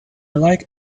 like